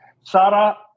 Sarah